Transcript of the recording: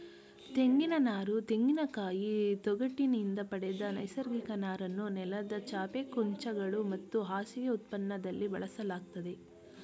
ತೆಂಗಿನನಾರು ತೆಂಗಿನಕಾಯಿ ತೊಗಟಿನಿಂದ ಪಡೆದ ನೈಸರ್ಗಿಕ ನಾರನ್ನು ನೆಲದ ಚಾಪೆ ಕುಂಚಗಳು ಮತ್ತು ಹಾಸಿಗೆ ಉತ್ಪನ್ನದಲ್ಲಿ ಬಳಸಲಾಗ್ತದೆ